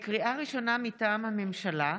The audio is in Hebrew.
לקריאה ראשונה, מטעם הממשלה: